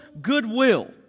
goodwill